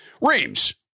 Reams